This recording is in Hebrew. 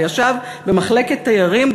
אלא ישב במחלקת תיירים,